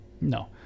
No